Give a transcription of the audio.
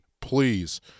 please